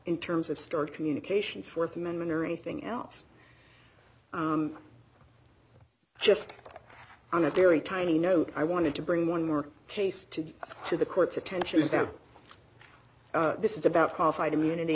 in terms of storage communications th amendment or anything else just on a very tiny note i wanted to bring one more case to to the court's attention is that this is about qualified immunity